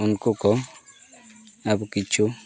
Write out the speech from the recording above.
ᱩᱱᱠᱩ ᱠᱚ ᱟᱵᱚ ᱠᱤᱪᱷᱩ